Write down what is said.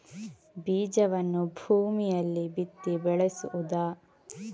ಬೀಜವನ್ನು ಭೂಮಿಯಲ್ಲಿ ಬಿತ್ತಿ ಬೆಳೆಸುವುದಾ?